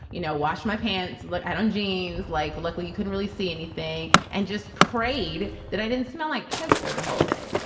you know, washed my pants. look at on jeans. like, luckily, you couldn't really see anything and just prayed that i didn't smell like piss for the whole day.